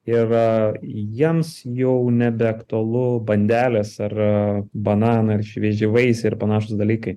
ir jiems jau nebeaktualu bandelės ar bananai ar švieži vaisiai ir panašūs dalykai